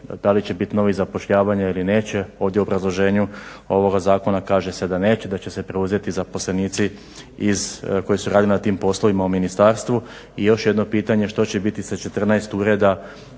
da li će biti novih zapošljavanja ili neće? Ovdje u obrazloženju ovoga zakona kaže se da neće, da će se preuzeti zaposlenici iz, koji su radili na tim poslovima u ministarstvu. I još jedno pitanje, što će biti sa 14 ureda